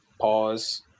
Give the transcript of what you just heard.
Pause